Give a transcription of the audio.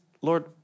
lord